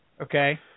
Okay